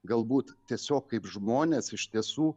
galbūt tiesiog kaip žmonės iš tiesų